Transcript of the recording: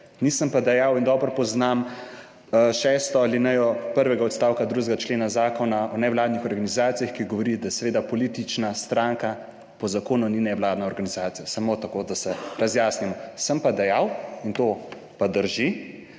Nisem pa dejal in dobro poznam šesto alinejo prvega odstavka 2. člena Zakona o nevladnih organizacijah, ki govori, da seveda politična stranka po zakonu ni nevladna organizacija. Samo tako, da se razjasnimo. Sem pa dejal in to pa drži,